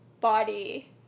body